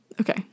okay